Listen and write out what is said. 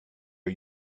are